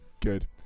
Good